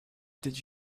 did